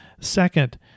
Second